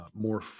more